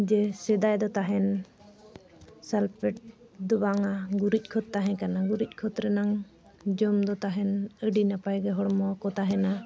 ᱡᱮ ᱥᱮᱫᱟᱭ ᱫᱚ ᱛᱟᱦᱮᱱ ᱥᱟᱞᱯᱷᱮᱴ ᱫᱚ ᱵᱟᱝᱼᱟ ᱜᱩᱨᱤᱡ ᱠᱷᱚᱛ ᱛᱟᱦᱮᱸ ᱠᱟᱱᱟ ᱜᱩᱨᱤᱡ ᱠᱷᱚᱛ ᱨᱮᱱᱟᱝ ᱡᱚᱢ ᱫᱚ ᱛᱟᱦᱮᱱ ᱟᱹᱰᱤ ᱱᱟᱯᱟᱭᱜᱮ ᱦᱚᱲᱢᱚ ᱠᱚ ᱛᱟᱦᱮᱱᱟ